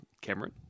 Cameron